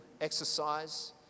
exercise